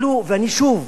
ואני שוב,